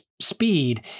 speed